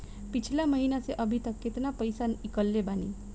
पिछला महीना से अभीतक केतना पैसा ईकलले बानी?